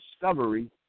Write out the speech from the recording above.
discovery